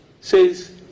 says